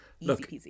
look